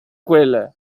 quelle